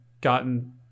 gotten